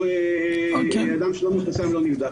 הוא אדם שלא מחוסן ולא נבדק.